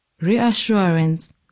reassurance